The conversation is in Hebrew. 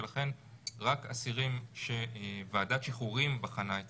ולכן רק אסירים שוועדת שחרורים בחנה את